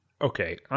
Okay